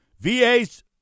VA's